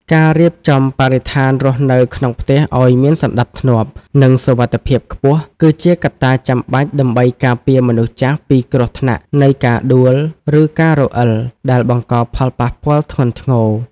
ការរៀបចំបរិស្ថានរស់នៅក្នុងផ្ទះឱ្យមានសណ្តាប់ធ្នាប់ និងសុវត្ថិភាពខ្ពស់ គឺជាកត្តាចាំបាច់ដើម្បីការពារមនុស្សចាស់ពីគ្រោះថ្នាក់នៃការដួល ឬការរអិលដែលបង្កផលប៉ះពាល់ធ្ងន់ធ្ងរ។